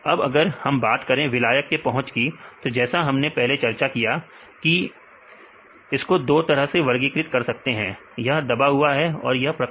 अब अगर हम बात करें विलायक के पहुंच की तो जैसा हमने पहले भी चर्चा किया था इसको दो तरह वर्गीकृत कर सकते हैं की यह दबा हुआ है है या प्रकट है